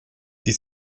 die